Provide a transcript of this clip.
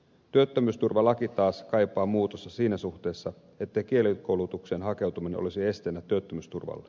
työttömyysturvalaki taas kaipaa muutosta siinä suhteessa ettei kielikoulutukseen hakeutuminen olisi esteenä työttömyysturvalle